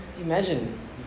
imagine